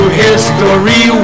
history